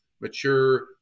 mature